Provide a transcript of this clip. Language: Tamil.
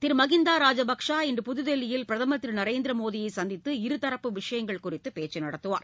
திரு மகிந்தா ராஜபக்சா இன்று புதுதில்லியில் பிரதமர் திரு நரேந்திர மோடியை சந்தித்து இருதரப்பு விஷயங்கள் குறித்து பேச்சு நடத்துவார்